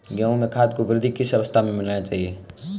गेहूँ में खाद को वृद्धि की किस अवस्था में मिलाना चाहिए?